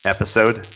Episode